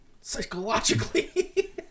psychologically